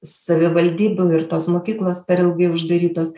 savivaldybių ir tos mokyklos per ilgai uždarytos